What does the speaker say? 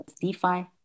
DeFi